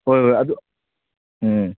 ꯍꯣꯏ ꯍꯣꯏ ꯑꯗꯨ ꯎꯝ